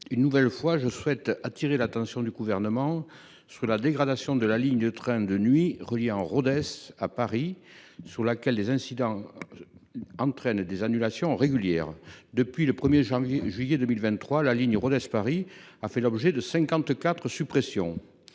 une nouvelle fois, appeler l’attention du Gouvernement sur la dégradation de la ligne de train de nuit reliant Rodez à Paris, sur laquelle des incidents entraînent des annulations régulières. Depuis le 1 juillet 2023, la ligne Rodez Paris a fait l’objet de cinquante